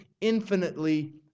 infinitely